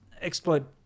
exploit